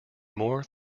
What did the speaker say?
more